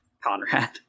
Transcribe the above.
Conrad